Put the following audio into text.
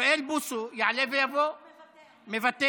אוריאל בוסו יעלה ויבוא, מוותר.